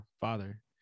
father